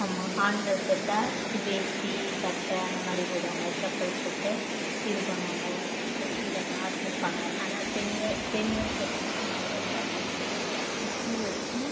ஆமாம் ஆண்கள் செத்தால் து வேஷ்டி சட்டை அந்த மாதிரி போடுவாங்க செப்பல் போட்டு இது பண்ணுவாங்க நெற்றில காசு வைப்பாங்க ஆனால் பெண்கள் பெண்கள் செத்தாங்கன்னா மஞ்சள் தடவி குளிப்பாட்டி பூ வச்சு